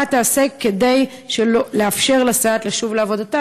מה תעשה כדי לאפשר לסייעת לשוב לעבודתה,